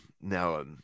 now